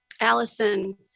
Allison